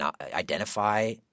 identify